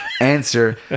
Answer